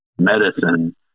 medicine